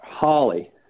Holly